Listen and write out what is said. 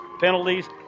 penalties